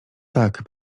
tak